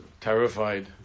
terrified